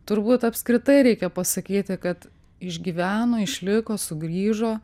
turbūt apskritai reikia pasakyti kad išgyveno išliko sugrįžo